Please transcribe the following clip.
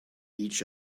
each